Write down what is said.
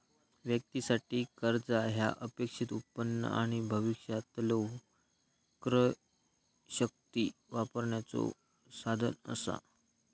व्यक्तीं साठी, कर्जा ह्या अपेक्षित उत्पन्न आणि भविष्यातलो क्रयशक्ती वापरण्याचो साधन असा